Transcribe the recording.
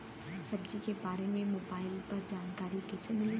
सब्जी के बारे मे मोबाइल पर जानकारी कईसे मिली?